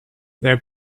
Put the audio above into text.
their